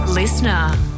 Listener